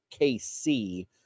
KC